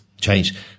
change